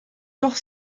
doch